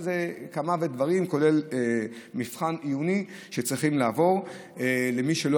שכולל מבחן עיוני שצריך לעבור מי שלא